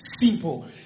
simple